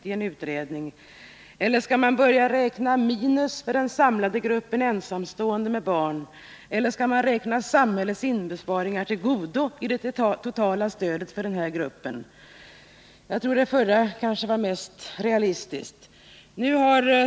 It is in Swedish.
Skall de inbesparingar samhället nu kommer att göra ändå räknas in i det totala stödet till den samlade gruppen ensamstående med barn eller skall de räknas av från det totala stöd som tidigare utgått? Jag trodde att det senare var mest realistiskt.